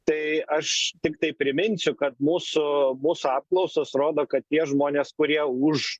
tai aš tiktai priminsiu kad mūsų mūsų apklausos rodo kad tie žmonės kurie už